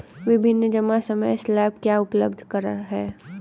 विभिन्न जमा समय स्लैब क्या उपलब्ध हैं?